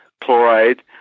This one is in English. chloride